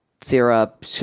syrup